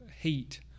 heat